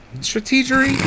Strategic